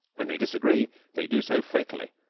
when they disagree they do so fatally,